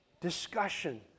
discussion